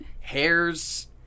hair's